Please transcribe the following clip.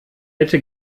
hätte